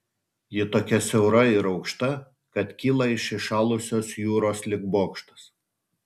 ji tokia siaura ir aukšta kad kyla iš įšalusios jūros lyg bokštas